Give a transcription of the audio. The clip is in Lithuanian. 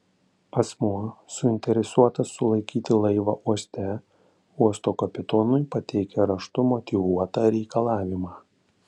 asmuo suinteresuotas sulaikyti laivą uoste uosto kapitonui pateikia raštu motyvuotą reikalavimą